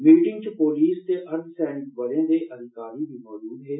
meeting च police ते अर्धसैनिक बलें दे अधिकारी बी मौजूद हे